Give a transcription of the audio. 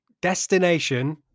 destination